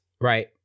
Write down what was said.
right